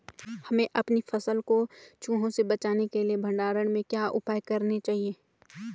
हमें अपनी फसल को चूहों से बचाने के लिए भंडारण में क्या उपाय करने चाहिए?